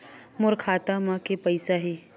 मोर खाता म के पईसा हे?